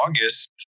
August